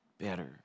better